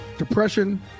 depression